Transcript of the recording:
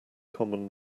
common